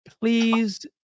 please